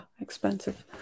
expensive